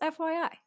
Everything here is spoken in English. FYI